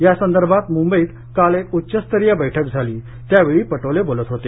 यासंदर्भात मुंबईत काल एक उच्चस्तरीय बैठक झाली त्यावेळी पटोले बोलत होते